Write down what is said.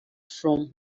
for